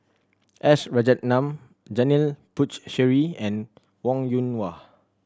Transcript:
S Rajaratnam Janil Puthucheary and Wong Yoon Wah